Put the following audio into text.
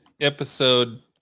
episode